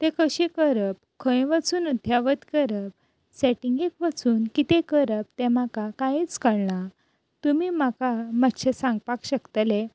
तें कशें करप खंय वचून अध्यावत करप सेटिंगेक वचून कितें करप तें म्हाका कांयच कळना तुमी म्हाका मातशें सांगपाक शकतले